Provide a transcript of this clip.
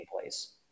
place